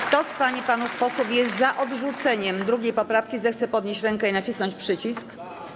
Kto z pań i panów posłów jest za odrzuceniem 2. poprawki, zechce podnieść rękę i nacisnąć przycisk.